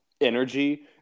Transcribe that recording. energy